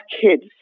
kids